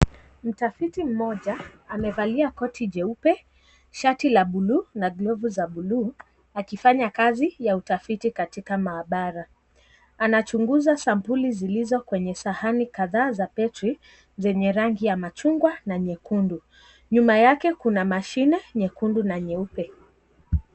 Mtafiti mmoja amevalia koti jeupe, shati la blue na glovu za blue akifanya kazi ya utafiti katika maabara, anachunguza sampuli zilizo kwenye sahani kadhaa za petri zenye rangi ya machungwa na nyekundu, nyuma yake kuna mashine nyekundu na nyeupe.